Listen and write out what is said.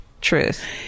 truth